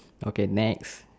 okay next